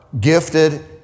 gifted